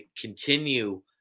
continue